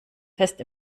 fest